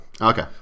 Okay